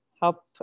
help